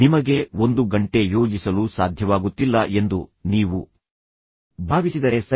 ನಿಮಗೆ ಒಂದು ಗಂಟೆ ಯೋಜಿಸಲು ಸಾಧ್ಯವಾಗುತ್ತಿಲ್ಲ ಎಂದು ನೀವು ಭಾವಿಸಿದರೆ ಸರಿ